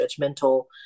judgmental